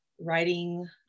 writing